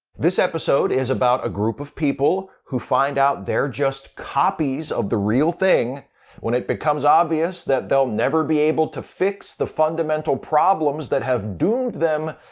this episode is about a group of people who find out they're just copies of the real thing when it becomes obvious that they'll never be able to fix the fundamental problems that have doomed them,